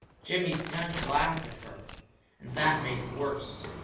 jimmy skunk laughed at her, and that made it worse.